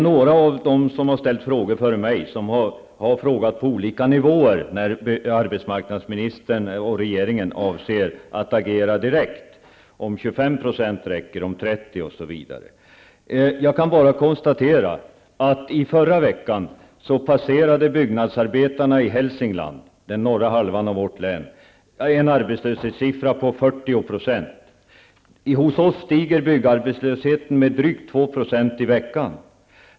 Några av de talare som före mig ställt frågor har frågat om på vilka nivåer arbetsmarknadsministern och regeringen avser att agera direkt, om det räcker med 25 % eller 30 % arbetslöshet osv. Jag kan bara konstatera att arbetslösheten för byggnadsarbetarna i Hälsingland, i den norra halvan av vårt län, i förra veckan passerade 40 %. Hos oss stiger byggarbetslösheten med drygt 2 % i veckan.